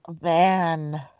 Man